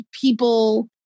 people